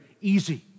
easy